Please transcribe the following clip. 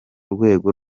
rwego